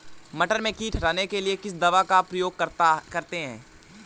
मटर में कीट हटाने के लिए किस दवा का प्रयोग करते हैं?